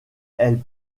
elle